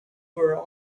were